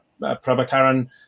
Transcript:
Prabhakaran